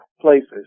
places